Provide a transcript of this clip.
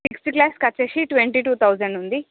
sixth క్లాస్కి వచ్చి twenty two thousand ఉంది